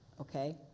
Okay